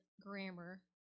grammar